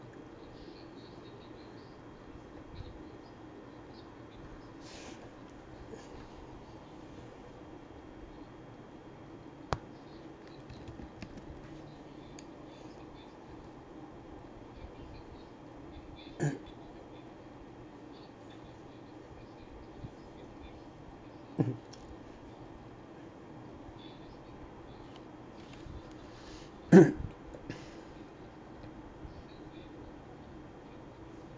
mm